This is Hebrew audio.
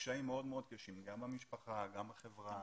קשיים מאוד-מאוד קשים, גם במשפחה, גם בחברה,